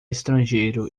estrangeiro